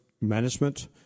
management